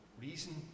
reason